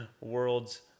world's